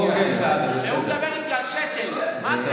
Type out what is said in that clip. אבל היום הקריאה של הספר שלך באמת שברה כל גבול הגיוני.